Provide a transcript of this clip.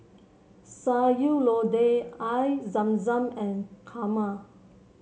Sayur Lodeh Air Zam Zam and kurma